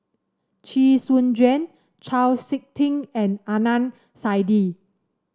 Chee Soon Juan Chau SiK Ting and Adnan Saidi